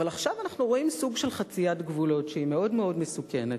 אבל עכשיו אנחנו רואים סוג של חציית גבולות שהיא מאוד מאוד מסוכנת.